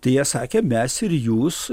tai jie sakė mes ir jūs